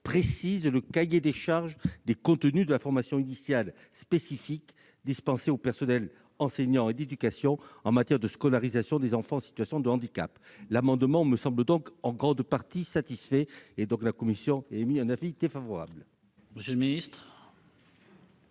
précise le cahier des charges des contenus de la formation initiale spécifique dispensée aux personnels enseignants et d'éducation en matière de scolarisation des enfants en situation de handicap. Cet amendement lui semblant en grande partie satisfait, la commission émet un avis défavorable. Quel est